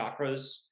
chakras